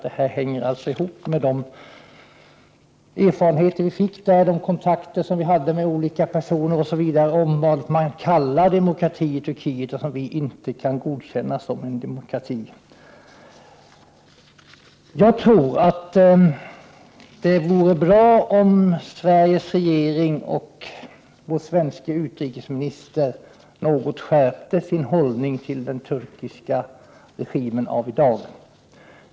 De hänger ihop med de erfarenheter vi fick och de kontakter vi hade med olika personer om vad man kallar demokrati i Turkiet och som vi inte kan godkänna som demokrati. Det vore bra om Sveriges regering och den svenske utrikesministern något skärpte hållningen till den turkiska regimen av i dag.